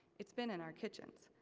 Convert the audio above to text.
it's been in our kitchens.